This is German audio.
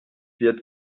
wird